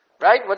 right